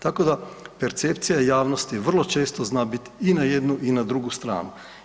Tako da percepcija javnosti vrlo često zna biti i na jednu i na drugu stranu.